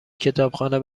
کتابخانه